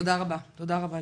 תודה רבה לירון.